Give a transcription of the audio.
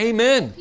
Amen